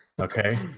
Okay